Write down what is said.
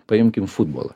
paimkim futbolą